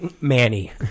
Manny